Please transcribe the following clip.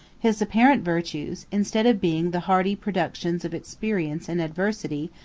his apparent virtues, instead of being the hardy productions of experience and adversity,